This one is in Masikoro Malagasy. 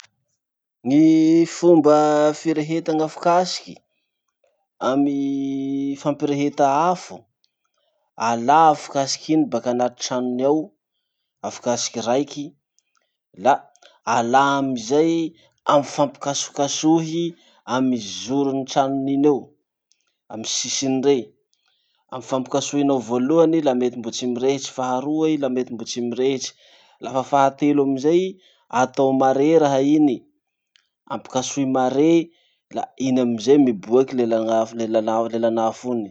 Ny fomba fireheta gn'afokasiky amy fampireheta afo. Alà afokasiky iny baka anaty tranony ao, afokasiky raiky, la alà amizay, ampifampikasokasohy amy zoron'ny tranony iny eo, amy sisiny rey. Ampifampikasohinao voalohany i la mety mbo tsy mirehitsy faharoa i la mety mbo tsy mirehitsy, lafa fahatelo amizay i, atao mare raha iny, ampikasohy mare, la iny amizay miboaky lelagn'afo lelan'a- lelanafo iny.